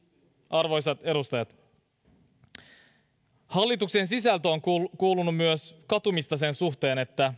arvoisat edustajat hallituksen sisältä on kuulunut myös katumista sen suhteen että